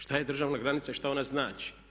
Što je državna granica i što ona znači?